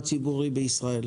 בישראל.